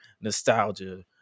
nostalgia